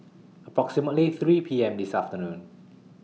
approximately three P M This afternoon